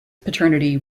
paternity